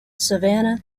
savanna